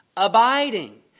Abiding